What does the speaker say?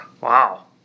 Wow